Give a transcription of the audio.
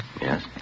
Yes